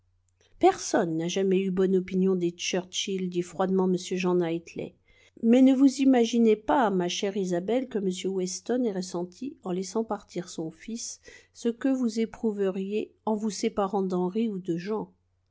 personne n'a jamais eu bonne opinion des churchill dit froidement m jean knightley mais ne vous imaginez pas ma chère isabelle que m weston ait ressenti en laissant partir son fils ce que vous éprouveriez en vous séparant d'henri ou de jean